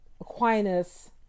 Aquinas